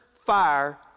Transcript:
Fire